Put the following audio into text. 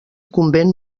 convent